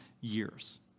years